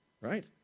right